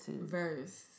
verse